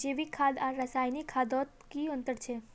जैविक खाद आर रासायनिक खादोत की अंतर छे?